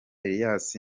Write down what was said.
elias